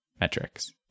metrics